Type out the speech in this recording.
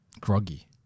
groggy